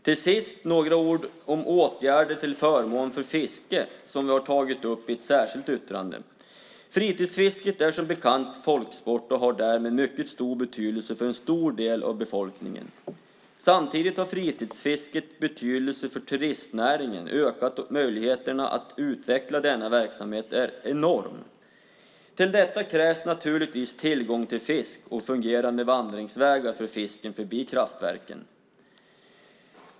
Till sist vill jag säga några ord om åtgärder till förmån för fiske som vi har tagit upp i ett särskilt yttrande. Fritidsfisket är som bekant en folksport och har därmed mycket stor betydelse för en stor del av befolkningen. Samtidigt har fritidsfiskets betydelse för turistnäringen ökat, och möjligheterna att utveckla denna verksamhet är enorm. Till detta krävs naturligtvis tillgång till fisk och fungerande vandringsvägar för fisken förbi kraftverken.